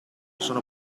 sono